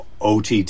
OTT